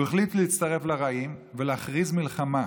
הוא החליט להצטרף לרעים ולהכריז מלחמה.